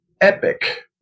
epic